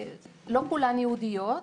כשלא כולן ייעודיות.